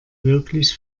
wirklich